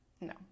No